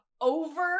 over